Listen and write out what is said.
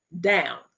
down